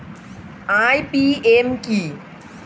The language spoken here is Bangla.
আই.পি.এম কি?